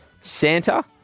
Santa